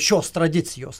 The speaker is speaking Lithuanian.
šios tradicijos